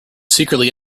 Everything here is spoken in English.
secretly